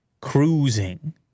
cruising